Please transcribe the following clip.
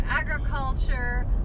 agriculture